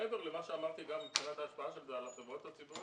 מעבר למה שאמרתי גם מבחינת ההשפעה של זה על החברות הציבוריות,